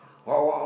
what what